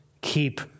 Keep